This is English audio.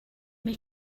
may